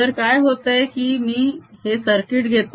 तर काय होतंय की मी हे सर्किट घेतो